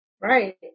Right